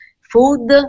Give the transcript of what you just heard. food